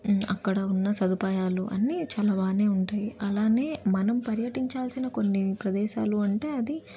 అక్కడ ఉన్న సదుపాయాలు అన్నీ చాలా బాగా ఉంటాయి అలాగే మనం పర్యటించాల్సిన కొన్ని ప్రదేశాలు అంటే అది